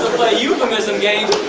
euphemism games.